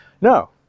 no